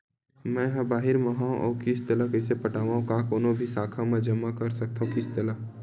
मैं हा बाहिर मा हाव आऊ किस्त ला कइसे पटावव, का कोनो भी शाखा मा जमा कर सकथव का किस्त ला?